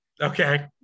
okay